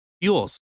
fuels